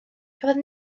cafodd